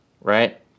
right